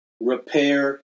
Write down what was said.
repair